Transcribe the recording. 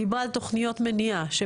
תוכניות מניעה.